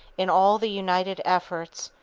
in all the united efforts,